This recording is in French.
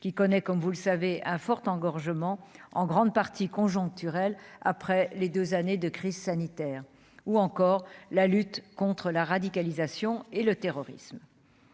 qui connaît, comme vous le savez, à fort engorgement en grande partie conjoncturelle, après les 2 années de crise sanitaire ou encore la lutte contre la radicalisation et le terrorisme